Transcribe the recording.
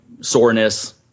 soreness